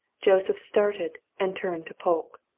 joseph started and turned to polke.